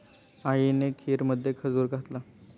आईने खीरमध्ये खजूर घातला